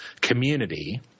community